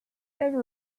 ever